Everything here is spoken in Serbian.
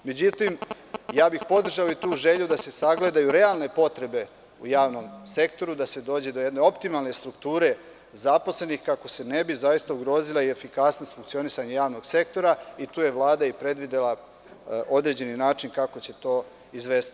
Međutim, ja bih podržao i tu želju da se sagledaju realne potrebe u javnom sektoru, da se dođe do jedne optimalne strukture zaposlenih, kako se ne bi zaista ugrozila i efikasnost i funkcionisanje javnog sektora i tu je Vlada i predvidela određeni način kako će to izvesti.